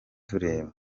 tureba